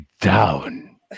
down